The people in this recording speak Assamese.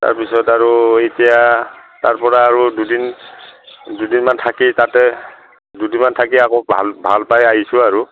তাৰপিছত আৰু এতিয়া তাৰ পৰা আৰু দুদিন দুদিনমান থাকি তাতে দুদিনমান থাকি আকৌ ভাল পাই আহিছোঁ আৰু